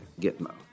Gitmo